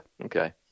Okay